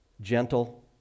gentle